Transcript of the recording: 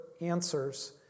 answers